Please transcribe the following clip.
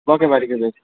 मकैबारीको चाहिँ